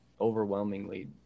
overwhelmingly